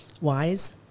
wise